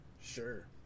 Sure